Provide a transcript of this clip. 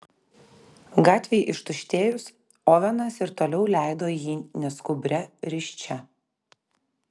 gatvei ištuštėjus ovenas ir toliau leido jį neskubria risčia